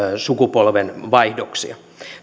sukupolvenvaihdoksia